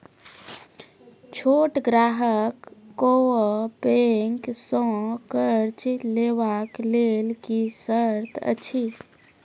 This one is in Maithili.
छोट ग्राहक कअ बैंक सऽ कर्ज लेवाक लेल की सर्त अछि?